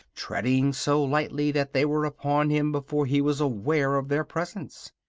treading so lightly that they were upon him before he was aware of their presence.